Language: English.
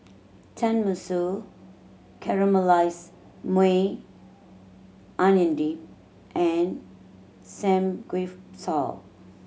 Tenmusu Caramelized Maui Onion Dip and Samgyeopsal